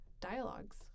dialogues